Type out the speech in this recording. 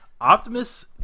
Optimus